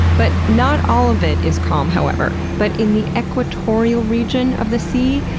but not all of it is calm, however. but in the equatorial region of the sea,